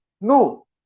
No